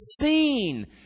seen